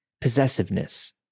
possessiveness